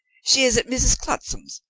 she is at mrs. clutsam's.